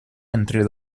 entre